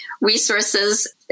resources